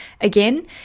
Again